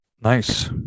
Nice